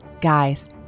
Guys